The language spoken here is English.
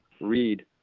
read